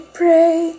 pray